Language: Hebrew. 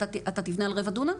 אתה תבנה על רבע דונם?